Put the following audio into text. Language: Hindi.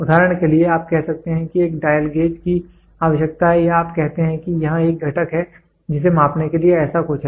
उदाहरण के लिए आप कह सकते हैं कि एक डायल गेज की आवश्यकता है या आप कहते हैं कि यहां एक घटक है जिसे मापने के लिए ऐसा कुछ है